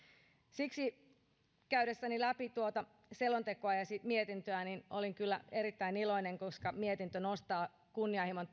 siksi käydessäni läpi tuota selontekoa ja mietintöä olin kyllä erittäin iloinen koska mietintö nostaa kunnianhimon